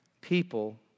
people